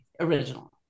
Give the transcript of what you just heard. original